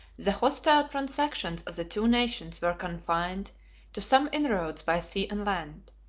the hostile transactions of the two nations were confined to some inroads by sea and land,